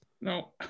No